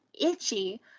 itchy